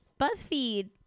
BuzzFeed